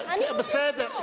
בסדר,